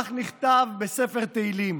כך נכתב בספר תהילים,